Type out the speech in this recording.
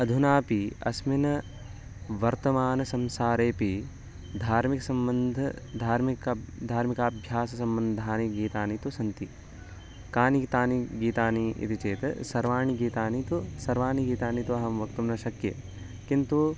अधुनापि अस्मिन् वर्तमान संसारेऽपि धार्मिकसम्बन्धं धार्मिकब् धार्मिकाभ्याससम्बन्धानि गीतानि तु सन्ति कानि तानि गीतानि इति चेत् सर्वाणि गीतानि तु सर्वाणि गीतानि तु अहं वक्तुं न शक्ये किन्तु